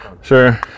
sure